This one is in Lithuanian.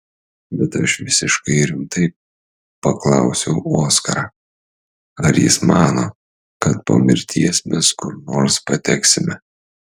bet aš visiškai rimtai paklausiau oskarą ar jis mano kad po mirties mes kur nors pateksime